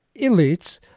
elites